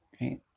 Right